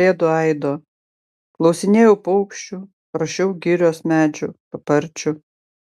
pėdų aido klausinėjau paukščių prašiau girios medžių paparčių